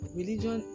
religion